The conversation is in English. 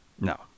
No